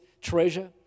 treasure